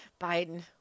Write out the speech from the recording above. Biden